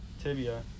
tibia